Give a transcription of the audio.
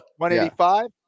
185